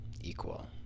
equal